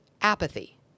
apathy